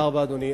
תודה רבה, אדוני.